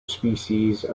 species